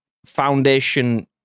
foundation